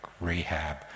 rehab